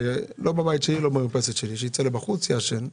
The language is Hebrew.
לא בבית שלי ולא במרפסת שלי אלא שיצא החוצה ויעשן.